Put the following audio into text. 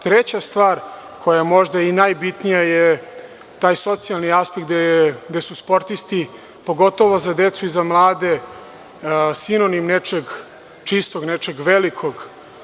Treća stvar, koja je možda i najbitnija, jeste taj socijalni aspekt gde su sportisti, pogotovo za decu i za mlade, sinonim nečeg čistog i velikog.